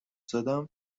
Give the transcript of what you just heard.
زدم